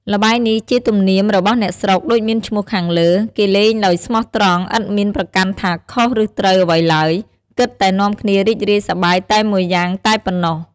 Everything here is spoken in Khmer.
ល្បែងនេះ ជាទំនៀមរបស់អ្នកស្រុក ដូចមានឈ្មាះខាងលើ គេលេងដោយស្មោះត្រង់ ឥតមានប្រកាន់ថាខុសឬត្រូវអ្វីឡើយ គិតតែនាំគ្នារីករាយសប្បាយតែមួយយ៉ាងតែប៉ុណ្ណោះ។